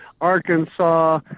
Arkansas